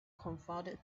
confounded